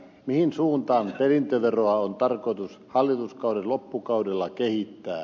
mihin suuntaan perintöveroa on tarkoitus hallituskauden loppukaudella kehittää